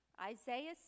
Isaiah